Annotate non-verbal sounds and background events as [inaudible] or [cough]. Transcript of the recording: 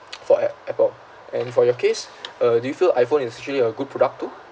[noise] for a~ apple and for your case uh do you feel iphone is actually a good product too